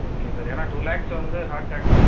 okay sir ஏன்னா two lakhs வந்து ஹாட் டாக்ஸ்